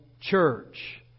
church